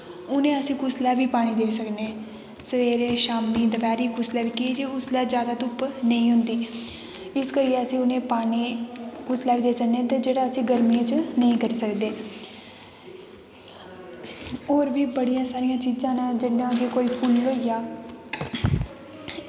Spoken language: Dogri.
उनें अस कुसलै बी पानी देई सकने सवेरे शाम्मी दपैह्री कुसलै बी कि जे उसलै जादै धुप्प नेंई होंदी इस करियै अस उनें पानी कुसलै बी देई सकने ते जेह्ड़ा अस गर्मियैं च नेंई करी सकने होर बी बड़ियां सारियां चीजां नै जियां कि फुल्ल होइया